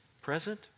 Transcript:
present